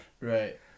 Right